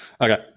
Okay